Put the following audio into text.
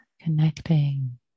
connecting